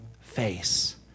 face